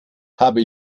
habe